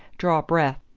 draw breath,